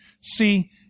see